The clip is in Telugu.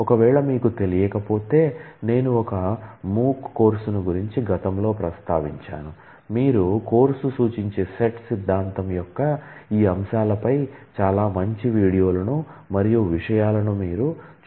ఒకవేళ మీకు తెలియకపోతే నేను ఒక MOOC కోర్సును గురించి గతం లో ప్రస్తావించాను మీరు కోర్సు సూచించే సెట్ సిద్ధాంతం యొక్క ఈ అంశాలపై చాలా మంచి వీడియోలను మరియు విషయాలను మీరు చూడవచ్చు